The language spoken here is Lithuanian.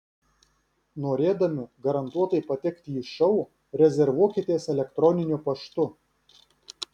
norėdami garantuotai patekti į šou rezervuokitės elektroniniu paštu